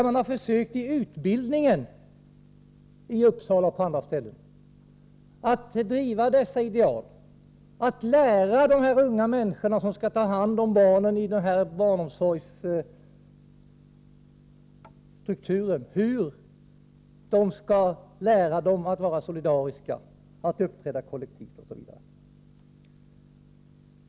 Man har försökt i utbildningen, i Uppsala och på andra ställen, att driva dessa ideal, att lära de unga människor som skall ta hand om barnen i samhällets barnomsorg hur de skall lära dem att vara solidariska, att uppträda kollektivt osv.